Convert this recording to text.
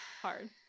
hard